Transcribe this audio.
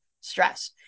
stress